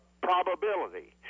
probability